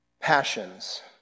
passions